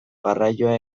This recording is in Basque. garraioa